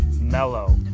mellow